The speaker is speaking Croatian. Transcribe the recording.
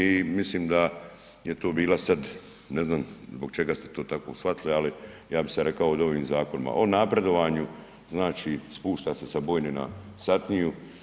I mislim da je tu bila sada ne znam zbog čega ste to tako shvatili, ali ja bih sada rekao o ovim zakonima, o napredovanju znači spušta se sa bojne na satniju.